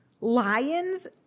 lions